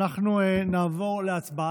אנחנו נעבור להצבעה.